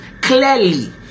clearly